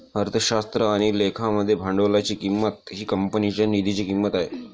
अर्थशास्त्र आणि लेखा मध्ये भांडवलाची किंमत ही कंपनीच्या निधीची किंमत आहे